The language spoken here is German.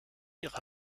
ihrer